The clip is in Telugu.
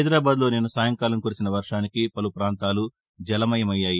హైదరాబాద్ లో నిన్న సాయంకాలం కురిసిన వర్షానికి పలు పాంతాలు జలమయం అయ్యాయి